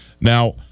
Now